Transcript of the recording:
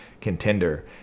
contender